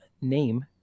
name